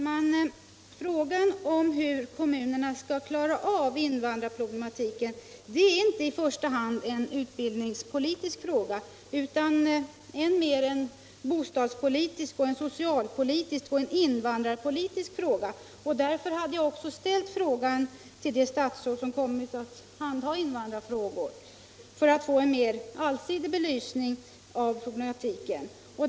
Herr talman! Frågan hur kommunerna skall klara invandrarproblemen är inte i första hand en utbildningspolitisk fråga utan än mer en bostadspolitisk, socialpolitisk och invandrarpolitisk fråga. Jag hade också ställt frågan till det statsråd som kommit att handha invandrarfrågor, för att få en mera allsidig belysning av problematiken.